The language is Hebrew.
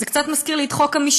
זה קצת מזכיר לי את חוק המישוש,